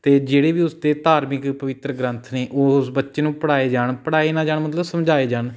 ਅਤੇ ਜਿਹੜੇ ਵੀ ਉਸਦੇ ਧਾਰਮਿਕ ਪਵਿੱਤਰ ਗ੍ਰੰਥ ਨੇ ਉਸ ਬੱਚੇ ਨੂੰ ਪੜ੍ਹਾਏ ਜਾਣ ਪੜ੍ਹਾਏ ਨਾ ਜਾਣ ਮਤਲਬ ਸਮਝਾਏ ਜਾਣ